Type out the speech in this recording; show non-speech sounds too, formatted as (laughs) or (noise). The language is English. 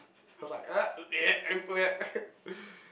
I was like uh don't eh mm eh (laughs)